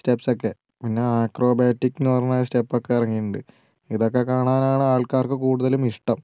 സ്റ്റെപ്സൊക്കെ പിന്നെ ആക്രോബയോറ്റിക്കെന്നു പറഞ്ഞ സ്റ്റെപ്പൊക്കെ ഇറങ്ങിയിട്ടുണ്ട് ഇതൊക്കെ കാണാനാണ് ആൾക്കാർക്ക് കൂടുതലും ഇഷ്ടം